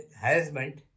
harassment